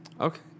Okay